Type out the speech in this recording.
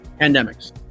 pandemics